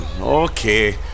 Okay